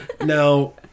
Now